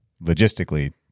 logistically